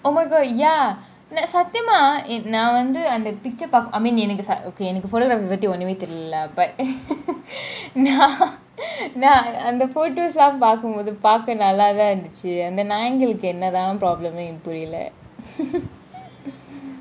oh my god ya நான் சாத்தியமா நான் வந்து அந்த :naan sathiyama naan vanthu antha picture பாக்க :paaka I mean என்னக்கு :ennaku photography பத்தி ஒன்னும் டெரிலாலை :pathi onum terilala but நா நான் அந்த :naa naan antha photos லாம் பாக்கும் போது பாக்க நல்ல தான் இருந்துச்சி அந்த நாணயங்களுக்கு என்ன தான் :lam paakum bothu paaka nalla thaan irunthuchi antha naaningaluku enna thaan problem னு என்னக்கு புரியல :nu ennaku puriyala